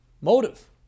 motive